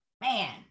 Man